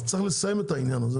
צריך לסיים את זה.